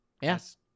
Yes